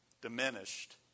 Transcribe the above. diminished